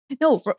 No